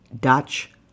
Dutch